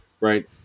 right